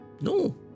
No